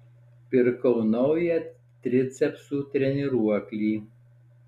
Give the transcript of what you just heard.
pirkau naują tricepsų treniruoklį